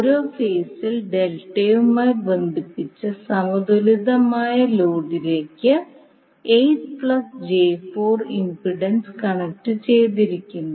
ഒരോ ഫേസിൽ ഡെൽറ്റയുമായി ബന്ധിപ്പിച്ച സമതുലിതമായ ലോഡിലേക്ക് 8 j4 ഇംപെഡൻസ് കണക്റ്റുചെയ്തിരിക്കുന്നു